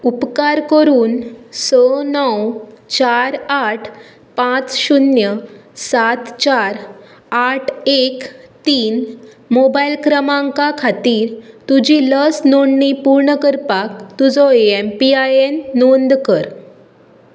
उपकार करून स णव चार आठ पांच शुन्य सात चार आठ एक तीन मोबायल क्रमांका खातीर तुजी लस नोंदणी पूर्ण करपाक तुजो एम पी आय एन नोंद कर